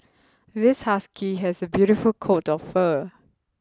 this husky has a beautiful coat of fur